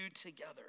together